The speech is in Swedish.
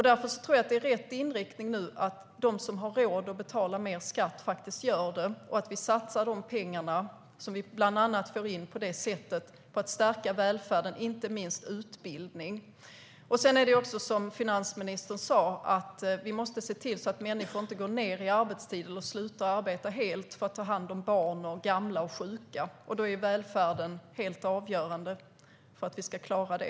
Därför tror jag att det är rätt inriktning nu att de som har råd att betala mer skatt faktiskt gör det och att vi satsar de pengar som vi bland annat får in på det sättet på att stärka välfärden. Det handlar inte minst om utbildning. Sedan måste vi, som finansministern sa, se till att människor inte går ned i arbetstid eller slutar arbeta helt för att ta hand om barn, gamla och sjuka. Välfärden är helt avgörande för att vi ska klara det.